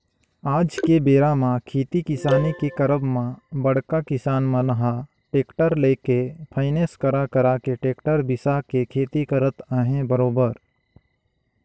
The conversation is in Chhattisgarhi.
आज के बेरा म खेती किसानी के करब म बड़का किसान मन ह टेक्टर लेके फायनेंस करा करा के टेक्टर बिसा के खेती करत अहे बरोबर